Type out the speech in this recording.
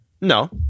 no